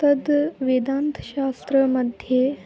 तद् वेदान्तशास्त्रमध्ये